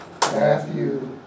Matthew